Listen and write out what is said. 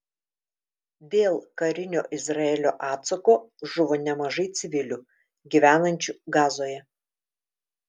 dėl karinio izraelio atsako žuvo nemažai civilių gyvenančių gazoje